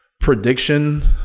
prediction